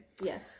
Yes